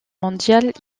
mondiale